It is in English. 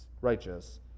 righteous